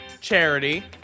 charity